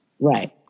Right